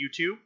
YouTube